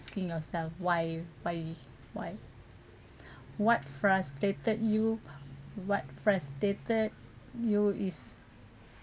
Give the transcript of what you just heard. asking why why why what frustrated you what frustrated you is